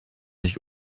sich